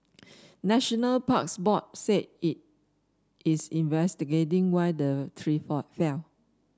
National Parks Board said it's investigating why the tree fall fell